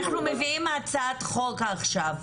אנחנו מביאים הצעת חוק עכשיו.